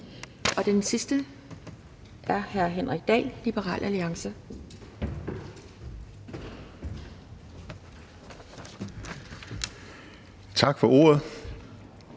Og den sidste er hr. Henrik Dahl, Liberal Alliance. Kl.